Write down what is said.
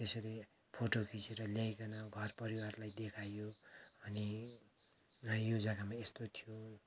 त्यसरी फोटो खिचेर ल्याइकन घर परिवारलाई देखाइयो अनि ला यो जग्गामा यस्तो थियो